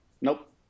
nope